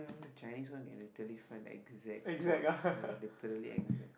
the Chinese one can literally find the exact spot ya literally exact